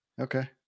Okay